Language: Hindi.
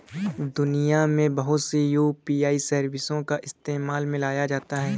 दुनिया में बहुत सी यू.पी.आई सर्विसों को इस्तेमाल में लाया जाता है